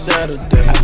Saturday